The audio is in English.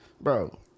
bro